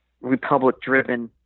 republic-driven